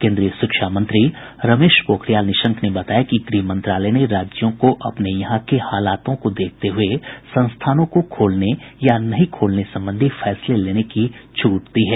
केन्द्रीय शिक्षा मंत्री रमेश पोखरियाल निशंक ने बताया कि गृह मंत्रालय ने राज्यों को अपने यहां के हालातों को देखते हये शैक्षणिक संस्थानों को खोलने या नहीं खोलने संबंधी फैसले लेने की छूट दी है